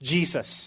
Jesus